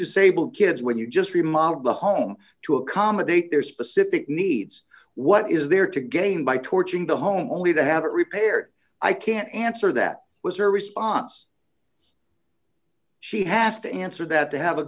disable kids when you just remodeled the home to accommodate their specific needs what is there to gain by torching the home only to have it repaired i can't answer that was her response she has to answer that to have a